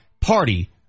party